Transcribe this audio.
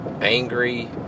angry